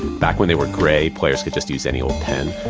back when they were grey, players could just use any old pen,